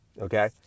Okay